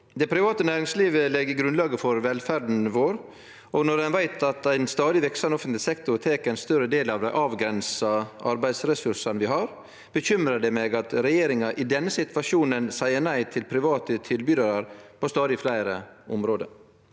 Det private næringslivet legg grunnlaget for velferda vår, og når ein veit at ein stadig veksande offentleg sektor tek ein større del av dei avgrensa arbeidsressursane vi har, bekymrar det meg at regjeringa i denne situasjonen seier nei til private tilbydarar på stadig fleire område.